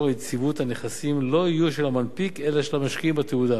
היציבות: הנכסים לא יהיו של המנפיק אלא של המשקיעים בתעודה,